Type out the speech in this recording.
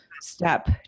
step